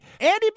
Andy